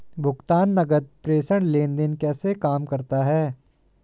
भुगतान नकद प्रेषण लेनदेन कैसे काम करता है?